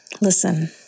listen